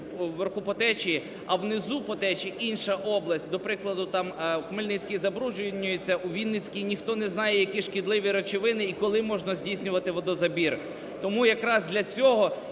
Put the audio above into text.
вверху по течії, а внизу по течії інша область. Наприклад, отам в Хмельницькій забруднюється, у Вінницькій ніхто не знає, які шкідливі речовини, і коли можна здійснювати водозабір. Тому якраз для цього